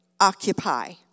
Occupy